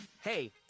hey